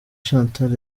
chantal